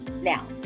now